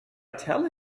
tell